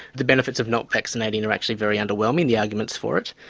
the benefits of not vaccinating are actually very underwhelming, the arguments for it.